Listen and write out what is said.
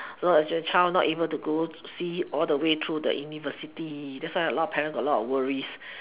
so as your child not able to go see all the way through the university that's why a lot of parent got a lot of worries